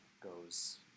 goes